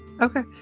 Okay